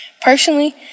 Personally